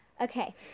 Okay